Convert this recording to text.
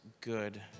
good